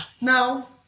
no